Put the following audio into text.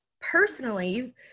Personally